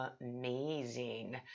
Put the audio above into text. amazing